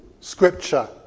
scripture